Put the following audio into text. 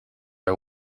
are